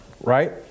right